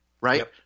right